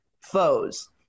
Foes